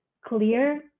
clear